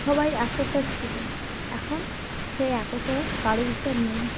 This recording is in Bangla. সবার একতা ছিলো এখন সেই একতা কারোর ভিতর নেই